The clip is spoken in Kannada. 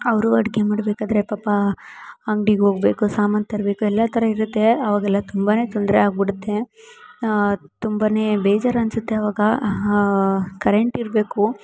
ಅವರು ಅಡುಗೆ ಮಾಡಬೇಕಾದ್ರೆ ಪಾಪ ಅಂಗ್ಡಿಗೆ ಹೋಗ್ಬೇಕು ಸಾಮಾನು ತರಬೇಕು ಎಲ್ಲ ಥರ ಇರುತ್ತೆ ಅವಾಗೆಲ್ಲ ತುಂಬಾ ತೊಂದರೆ ಆಗ್ಬಿಡುತ್ತೆ ತುಂಬ ಬೇಜಾರು ಅನ್ನಿಸುತ್ತೆ ಅವಾಗ ಕರೆಂಟ್ ಇರಬೇಕು